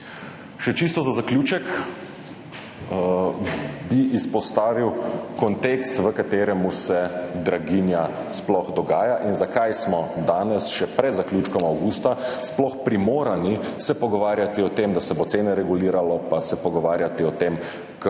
okolja. Za zaključek bi izpostavil kontekst, v katerem se draginja sploh dogaja in zakaj smo se danes, še pred zaključkom avgusta, sploh primorani pogovarjati o tem, da se bo cene reguliralo, pa se pogovarjati o tem, kako